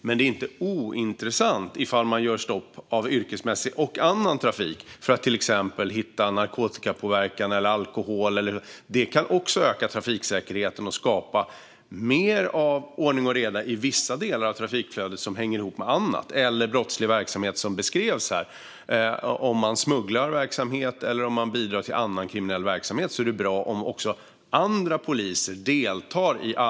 Men det är inte ointressant om man stoppar yrkesmässig och annan trafik för att till exempel hitta påverkan av narkotika eller alkohol. Det kan också öka trafiksäkerheten och skapa mer av ordning och reda i vissa delar av trafikflödet som också hänger ihop med annat. Thomas Morell beskrev viss brottslig verksamhet. I arbetet på väg mot dem som bedriver smugglingsverksamhet eller bidrar till annan kriminell verksamhet är det bra om även andra poliser deltar.